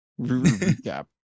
Recap